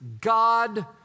God